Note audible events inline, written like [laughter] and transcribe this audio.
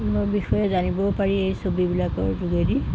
[unintelligible] বিষয়ে জানিবও পাৰি এই ছবিবিলাকৰ যোগেদি